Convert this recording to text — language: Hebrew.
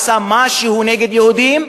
עושה משהו נגד יהודים,